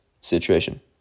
situation